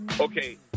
Okay